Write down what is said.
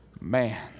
Man